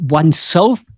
oneself